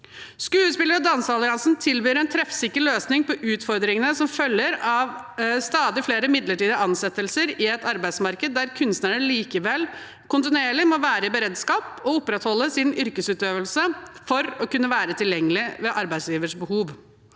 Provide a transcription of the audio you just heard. Skuespiller- og danseralliansen tilbyr en treffsikker løsning på utfordringene som følger av stadig flere midlertidige ansettelser i et arbeidsmarked der kunstnerne likevel kontinuerlig må være i beredskap og opprettholde sin yrkesutøvelse for å kunne være tilgjengelig ved arbeidsgivers behov.